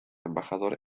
embajador